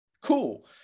cool